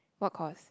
what course